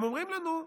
הם אומרים לנו: